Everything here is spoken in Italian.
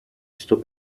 sto